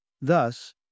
Thus